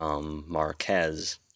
Marquez